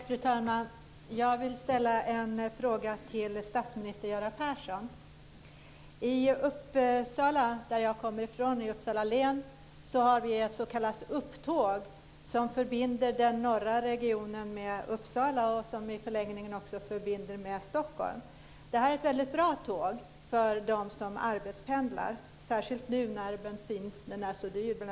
Fru talman! Jag vill ställa en fråga till statsminister Göran Persson. I Uppsala län, som jag kommer från, har vi det s.k. Upptåget, som förbinder de norra regionerna med Uppsala och i förlängningen också med Stockholm. Det är ett väldigt bra tåg för dem som arbetspendlar, särskilt nu när bensinen är så dyr.